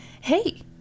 hey